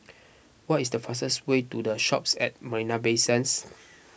what is the fastest way to the Shoppes at Marina Bay Sands